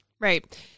Right